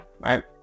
right